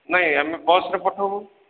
ନାହିଁ ଆମେ ବସ୍ରେ ପଠାଇବୁ